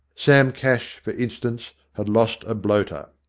sam cash, for instance, had lost a bloater.